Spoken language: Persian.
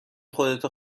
خودتو